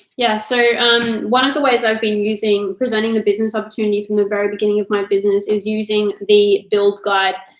yeah, so um one of the ways i've been using presenting the business opportunity from the very beginning of my business is using the build guide,